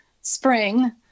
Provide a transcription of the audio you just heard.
spring